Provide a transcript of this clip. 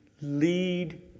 Lead